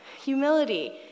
Humility